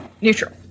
neutral